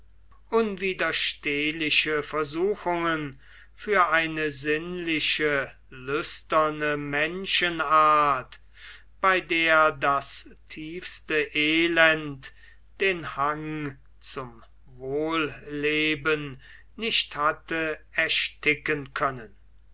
unwiderstehliche versuchungen für eine sinnliche lüsterne menschenart bei der das tiefste elend den hang zum wohlleben nicht hatte ersticken können